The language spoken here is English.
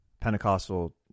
Pentecostal